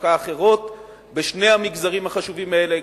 תעסוקה אחרות בשני המגזרים החשובים האלה,